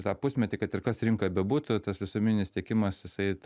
tą pusmetį kad ir kas rinkoje bebūtų tas visuomeninis tiekimas jisai